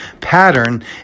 pattern